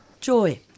Joy